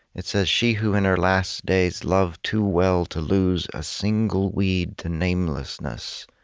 it says, she who in her last days loved too well to lose a single weed to namelessness,